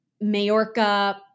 Majorca